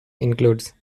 include